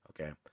okay